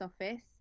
office